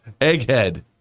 egghead